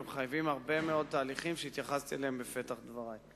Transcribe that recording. הם מחייבים הרבה מאוד תהליכים שהתייחסתי אליהם בפתח דברי.